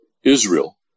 Israel